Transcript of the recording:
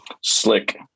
slick